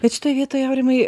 bet šitoj vietoj aurimai